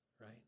right